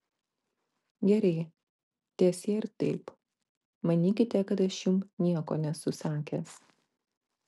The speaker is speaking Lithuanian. gerai teesie ir taip manykite kad aš jums nieko nesu sakęs